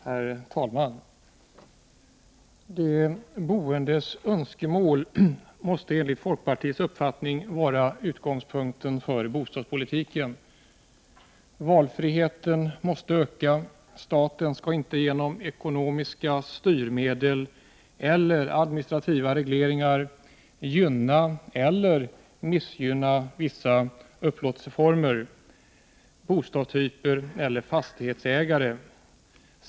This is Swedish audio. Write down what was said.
Herr talman! De boendes önskemål måste enligt folkpartiets uppfattning vara utgångspunkten för bostadspolitiken. Valfriheten måste öka. Staten skall inte genom ekonomiska styrmedel eller administrativa regleringar gynna eller missgynna vissa upplåtelseformer, bostadstyper eller fastighetsägare.